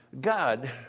God